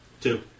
Two